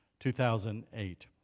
2008